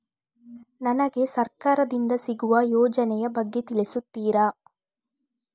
ನನಗೆ ಸರ್ಕಾರ ದಿಂದ ಸಿಗುವ ಯೋಜನೆ ಯ ಬಗ್ಗೆ ತಿಳಿಸುತ್ತೀರಾ?